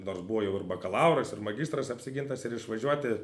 nors buvo jau ir bakalauras ir magistras apsigintas ir išvažiuoti